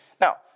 Now